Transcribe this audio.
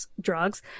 drugs